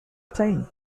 playing